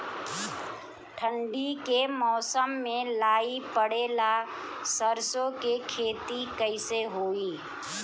ठंडी के मौसम में लाई पड़े ला सरसो के खेती कइसे होई?